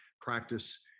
Practice